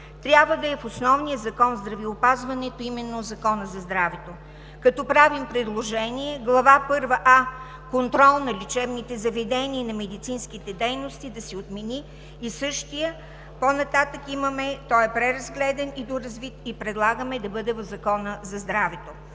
трябва да е в основния закон в здравеопазването, а именно в Закона за здравето, като правим предложение Глава първа „а“ – Контрол на лечебните заведения и на медицинските дейности, да се отмени. По-нататък той е преразгледан и доразвит – предлагаме да бъде в Закона за здравето.